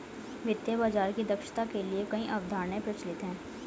वित्तीय बाजार की दक्षता के लिए कई अवधारणाएं प्रचलित है